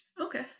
okay